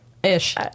Ish